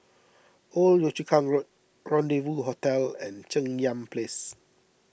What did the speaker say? Old Yio Chu Kang Road Rendezvous Hotel and Cheng Yan Place